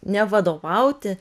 ne vadovauti